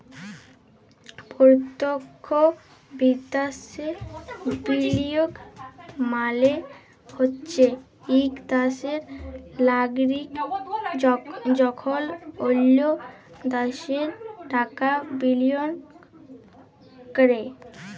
পরতখ্য বিদ্যাশে বিলিয়গ মালে হছে ইক দ্যাশের লাগরিক যখল অল্য দ্যাশে টাকা বিলিয়গ ক্যরে